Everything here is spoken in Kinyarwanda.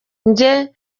njye